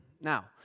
Now